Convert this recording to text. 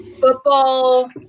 football